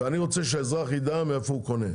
ואני רוצה שהאזרח יידע מאיפה הוא קונה.